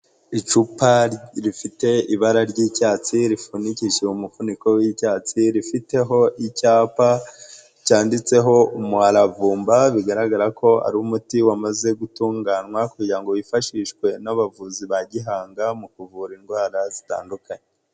Icupa rifite ibara ry'icyatsi, rifunikishije umuvufuniko w'icyatsi, rifiteho icyapa, cyanditseho umuravumba, bigaragara ko ari umuti wamaze gutunganywa kugira ngo wifashishwe n'abavuzi ba gihanga, mu kuvura indwara zitandukanye.